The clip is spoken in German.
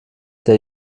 der